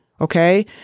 Okay